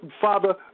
Father